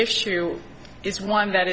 issue is one that